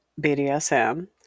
bdsm